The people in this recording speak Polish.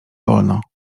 wolno